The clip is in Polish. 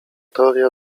teoria